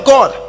God